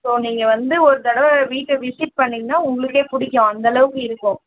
so நீங்கள் வந்து ஒரு தடவை வீட்டை விசிட் பண்ணிங்கன்னால் உங்களுக்கே பிடிக்கும் அந்தளவுக்கு இருக்கும்